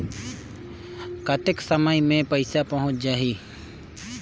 कतेक समय मे पइसा पहुंच जाही?